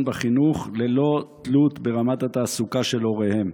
בחינוך ללא תלות ברמת התעסוקה של הוריהם?